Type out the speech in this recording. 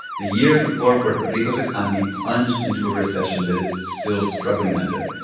the year before puerto but rico's economy plunged into a recession that it's still struggling under.